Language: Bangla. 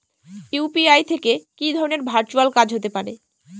ইউ.পি.আই থেকে কি ধরণের ভার্চুয়াল কাজ হতে পারে?